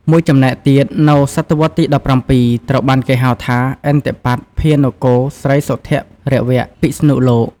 មួយចំណែកទៀតនៅសតវត្សរ៍ទី១៧ត្រូវបានគេហៅថា ឥន្ទបត្តម្ភានគរស្រីសុធរវពិស្ណុលោក។